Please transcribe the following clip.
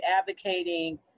advocating